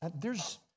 theres